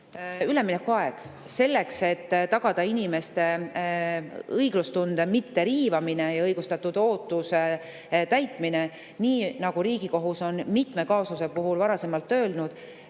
üleminekuajas selleks, et tagada inimeste õiglustunde mitteriivamine ja õigustatud ootuse täitmine. Nii nagu Riigikohus on mitme kaasuse puhul varasemalt öelnud,